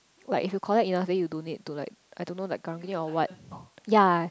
like if you collect enough then you donate to like I don't know like karang guni or what ya